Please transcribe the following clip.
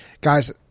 guys